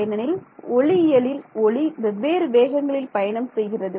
ஏனெனில் ஒளி இயலில் ஒளி வெவ்வேறு வேகங்களில் பயணம் செய்கிறது